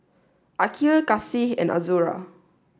Aqil Kasih and Azura